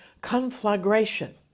conflagration